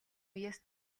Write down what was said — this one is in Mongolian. үеэс